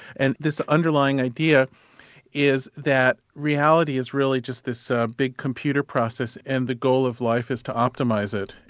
and this underlying idea is that reality is really just this big computer process, and the goal of life is to optimise it.